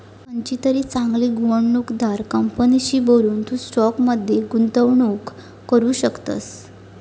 खयचीतरी चांगली गुंवणूकदार कंपनीशी बोलून, तू स्टॉक मध्ये गुंतवणूक करू शकतस